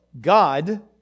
God